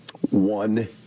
one